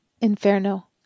Inferno